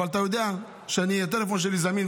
אבל אתה יודע שהטלפון שלי זמין,